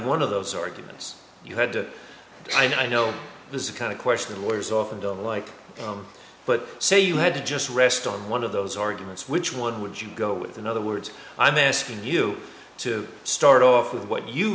one of those arguments you had to i know this is a kind of question the lawyers often don't like but say you had to just rest on one of those arguments which one would you go with in other words i'm asking you to start off with what you